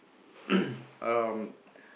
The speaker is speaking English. um